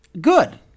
good